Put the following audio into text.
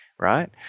right